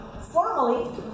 Formally